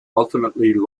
ultimately